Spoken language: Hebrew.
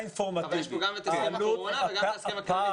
יש פה גם את הסכם הקורונה וגם את ההסכם הכללי.